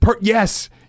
yes